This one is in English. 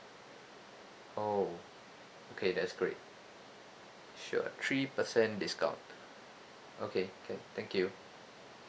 oh okay that's great sure three percent discount okay can thank you